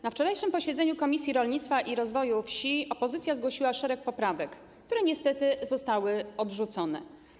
Na wczorajszym posiedzeniu Komisji Rolnictwa i Rozwoju Wsi opozycja zgłosiła szereg poprawek, które niestety zostały odrzucone.